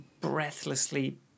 breathlessly